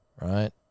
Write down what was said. right